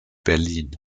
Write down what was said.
berlin